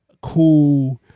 cool